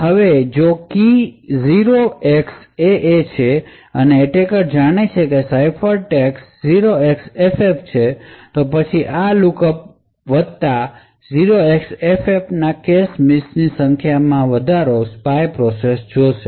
હવે જો key 0xAA છે અને એટેકર જાણે છે કે સાઇફરટેક્સ્ટ 0xFF છે તો પછી આ લુકઅપ વત્તા 0x55 ના કેશ મિસની સંખ્યામાં વધારો સ્પાય પ્રોસેસ જોશે